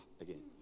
again